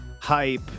hype